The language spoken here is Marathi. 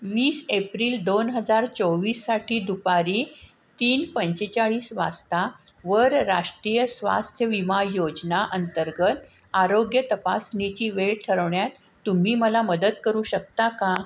वीस एप्रिल दोन हजार चोवीससाठी दुपारी तीन पंचेचाळीस वाजता वर राष्ट्रीय स्वास्थ्य विमा योजना अंतर्गत आरोग्य तपासणीची वेळ ठरवण्यात तुम्ही मला मदत करू शकता का